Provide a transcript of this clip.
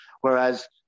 Whereas